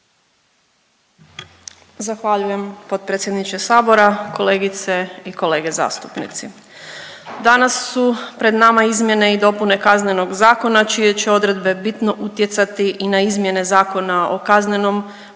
Zahvaljujem potpredsjedniče sabora. Kolegice i kolege zastupnici, danas su pred nama izmjene i dopune Kaznenog zakona čije će odredbe bitno utjecati i na izmjene Zakona o kaznenom